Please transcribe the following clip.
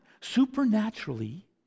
supernaturally